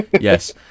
Yes